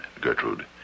Gertrude